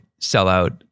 sellout